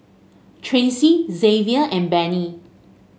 Tracey Xzavier and Benny